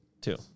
Two